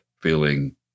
feeling